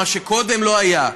מה שקודם לא היה,